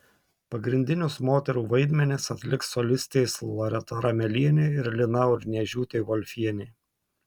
pagrindinius moterų vaidmenis atliks solistės loreta ramelienė ir lina urniežiūtė volfienė